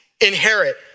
inherit